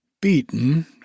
Beaten